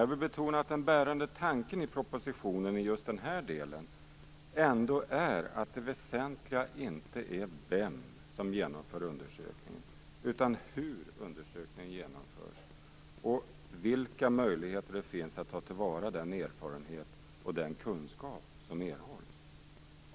Jag vill betona att den bärande tanken i propositionen i just den här delen ändå är att det väsentliga inte är vem som genomför undersökningen utan hur undersökningen genomförs och vilka möjligheter det finns att ta till vara den erfarenhet och den kunskap som erhålls.